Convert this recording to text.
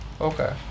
Okay